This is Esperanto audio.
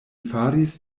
faris